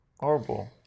Horrible